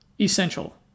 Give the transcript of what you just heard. essential